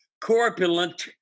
Corpulent